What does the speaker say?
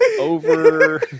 over